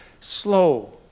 slow